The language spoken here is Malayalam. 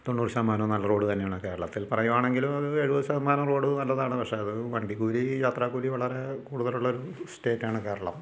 തൊണ്ണൂറ് ശതമാനം നല്ല റോഡ് തന്നെയാണ് കേരളത്തിൽ പറയുകയാണെങ്കിൽ എഴുപത് ശതമാനം റോഡും നല്ലതാണ് പക്ഷേ അത് വണ്ടിക്കൂലി യാത്ര കൂലി വളരെ കൂടുതലുള്ളൊരു സ്റ്റേറ്റാണ് കേരളം